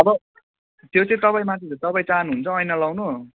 अब त्यो चाहिँ तपाईँमाथि हुन्छ तपाईँ चाहनुहुन्छ ऐना लाउनु